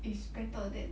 it's better than